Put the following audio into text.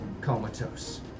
comatose